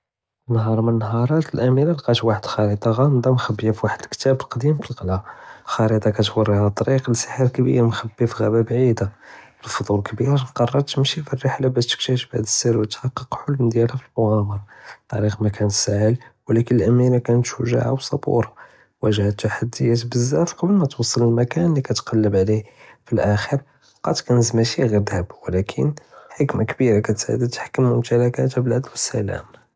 פנהאר מ נהאראת אלאמירה לקת וחד אלחריטה ג'אמדה מכביה פווהד אלכתאב קדים פלקלע, אלחריטה كتורי'ה טריק לסהר כביר מכבי פי ג'אבה בעידה, אלפדול אלכביר קררת תמשי פאררחלה באש תكتאשף הז סהר ותחתק אלחلم דיאלה פי אלמג'אמרה, אלטריק מקאנש סאהל ולקין אלאמירה קנת שג'עה וסבורא ואג'הת תחרדיאת בזאף קבל מא תואסל אלמקן לי كتקלב עליו, פלאכיר לקת מאשי ג'יר דהב ולקין חכמה כבירה קתחכם מומטלכאתה באלד'ל ו אלסלאם.